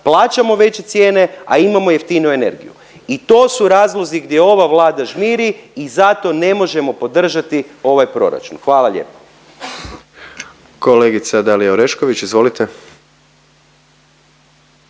plaćamo veće cijene, a imamo jeftiniju energiju i to su razlozi gdje ova Vlada žmiri i zato ne možemo podržati ovaj proračun, hvala lijepo. **Jandroković, Gordan